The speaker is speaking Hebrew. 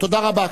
תודה רבה.